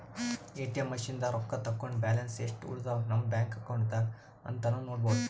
ATM ಮಷಿನ್ದಾಗ್ ರೊಕ್ಕ ತಕ್ಕೊಂಡ್ ಬ್ಯಾಲೆನ್ಸ್ ಯೆಸ್ಟ್ ಉಳದವ್ ನಮ್ ಬ್ಯಾಂಕ್ ಅಕೌಂಟ್ದಾಗ್ ಅಂತಾನೂ ನೋಡ್ಬಹುದ್